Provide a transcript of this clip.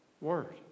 word